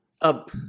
Up